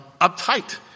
uptight